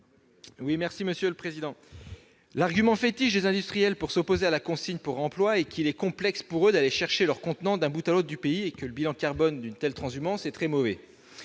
L'argument fétiche des industriels pour s'opposer à la consigne pour réemploi est qu'il est complexe pour eux d'aller chercher leurs contenants d'un bout à l'autre du pays, et que le bilan carbone d'une telle transhumance est très mauvais.